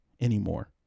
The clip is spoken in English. anymore